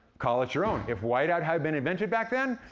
call it your own. if wite-out had been invented back then,